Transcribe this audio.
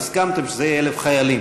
הסכמתם שזה יהיה 1,000 חיילים,